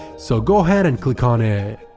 so go ahead and click on it.